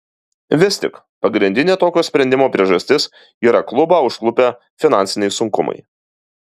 vis tik pagrindinė tokio sprendimo priežastis yra klubą užklupę finansiniai sunkumai